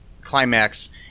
climax